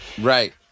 right